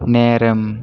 நேரம்